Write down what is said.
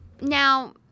Now